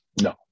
No